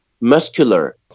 muscular